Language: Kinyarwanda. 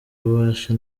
bubasha